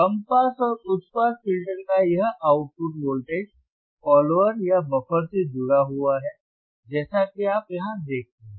कम pass और उच्च pass filter का यह आउटपुट वोल्टेज फॉलोवर या बफर से जुड़ा हुआ है जैसा कि आप यहां देखते हैं